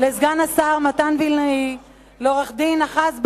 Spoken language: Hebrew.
לסגן השר מתן וילנאי, לעורך-דין אחז בן-ארי,